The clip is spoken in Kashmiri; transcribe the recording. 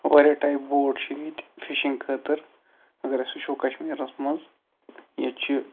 واریاہ ٹایپ بوٹ چھِ ییٚتہِ فِشنگ خٲطرٕ اگر أسۍ وٕچھو کشمیٖرس منٛز ییٚتہِ چھُ